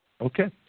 Okay